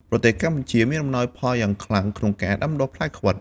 ប្រទេសកម្ពុជាមានអំណោយផលយ៉ាងខ្លាំងក្នុងការដាំដុះផ្លែខ្វិត។